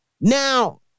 Now